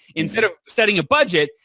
instead of setting a budget,